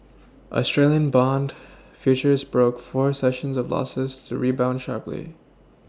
Australian bond futures broke four sessions of Losses to rebound sharply